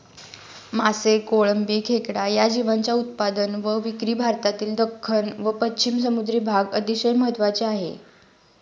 मासे, कोळंबी, खेकडा या जीवांच्या उत्पादन व विक्री भारतातील दख्खन व पश्चिम समुद्री भाग अतिशय महत्त्वाचे आहे